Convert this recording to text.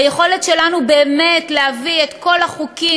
היכולת שלנו להביא באמת את כל החוקים